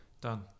Done